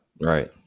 Right